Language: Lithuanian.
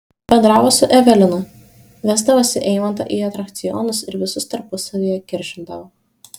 bendravo su evelina vesdavosi eimantą į atrakcionus ir visus tarpusavyje kiršindavo